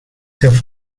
have